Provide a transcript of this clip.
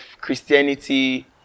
Christianity